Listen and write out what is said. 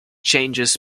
changes